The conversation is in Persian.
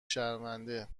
شرمنده